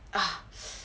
啊